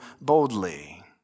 boldly